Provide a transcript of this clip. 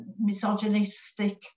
misogynistic